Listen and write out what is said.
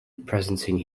presenting